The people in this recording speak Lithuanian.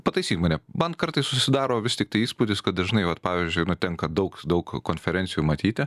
pataisyk mane man kartais susidaro vis tiktai įspūdis kad dažnai vat pavyzdžiui na tenka daug daug konferencijų matyti